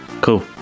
cool